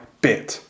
bit